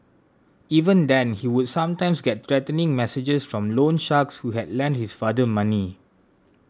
even then he would sometimes get threatening messages from loan sharks who had lent his father money